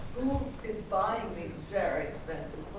is buying these very expensive